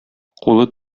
кулы